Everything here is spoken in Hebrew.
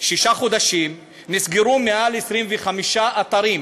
שישה חודשים, נסגרו מעל 25 אתרים.